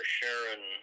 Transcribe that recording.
Sharon